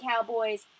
Cowboys